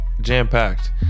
jam-packed